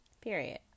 Period